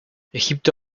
egipto